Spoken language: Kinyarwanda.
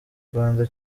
rwanda